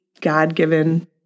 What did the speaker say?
God-given